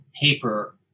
paper